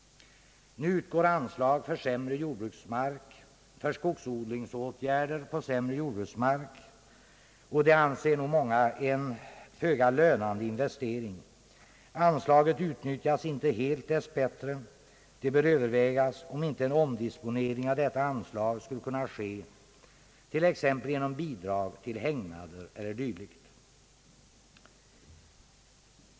Nu utgår anslag för skogsodlingsåtgärder på sämre jordbruksmark, och många anser nog att detta är en föga lönande investering. Anslaget utnyttjas dessbättre inte helt, och man bör överväga om inte en omdisponering av anslaget skulle kunna ske, exempelvis genom bidrag till hägnader eller dylikt.